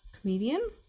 comedian